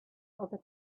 other